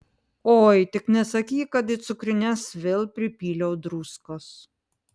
oi tik nesakyk kad į cukrines vėl pripyliau druskos